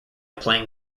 playing